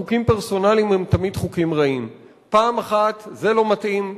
חוקים פרסונליים הם תמיד חוקים רעים: פעם אחת זה לא מתאים,